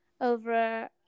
over